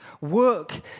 Work